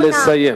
אבקש לסיים.